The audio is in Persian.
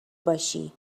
باشی